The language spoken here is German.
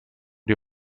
die